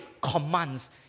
commands